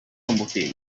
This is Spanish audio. combustible